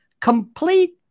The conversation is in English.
Complete